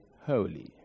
holy